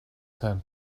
term